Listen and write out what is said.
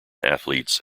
athletes